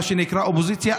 מה שנקרא אופוזיציה,